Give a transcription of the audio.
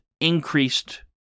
increased